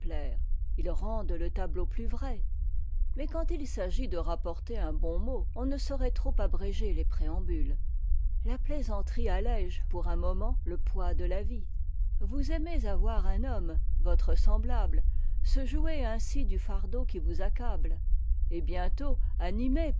ils rendent le tableau plus vrai mais quand il s'agit de rapporter un bon mot on ne saurait trop abréger les préambules la plaisanterie allége pour un moment le poids de la vie vous aimez à voir un homme votre semblable se jouer ainsi du fardeau qui vous accable et bientôt animé